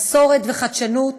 מסורת וחדשנות,